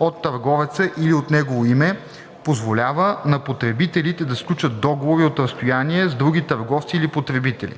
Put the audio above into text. от търговеца или от негово име, позволява на потребителите да сключват договори от разстояние с други търговци или потребители.“;